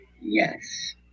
Yes